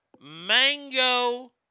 mango